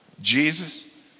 jesus